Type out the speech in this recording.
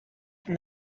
from